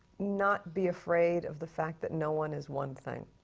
not be afraid of the fact that no one is one thing,